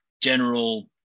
general